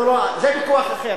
זה ויכוח אחר.